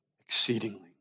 exceedingly